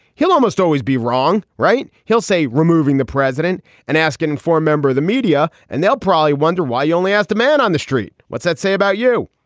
he'll almost always be wrong. right. he'll say removing the president and asking him for a member of the media. and they'll probably wonder why. you only asked the man on the street. what's that say about you?